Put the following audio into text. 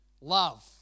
Love